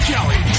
Kelly